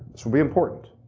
this will be important.